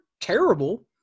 terrible